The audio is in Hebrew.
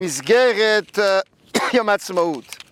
מסגרת יום העצמאות